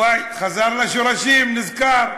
וואי, חזר לשורשים, נזכר,